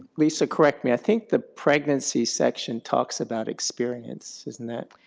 lisa, correct me, i think the pregnancy section talks about experience, isn't that?